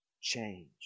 change